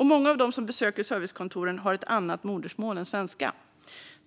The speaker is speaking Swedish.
Många av dem som besöker servicekontoren har ett annat modersmål än svenska.